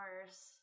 worse